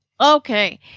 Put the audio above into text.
Okay